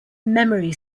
memory